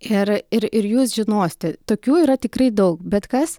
ir ir ir jūs žinosite tokių yra tikrai daug bet kas